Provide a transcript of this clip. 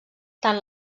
tant